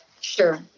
Sure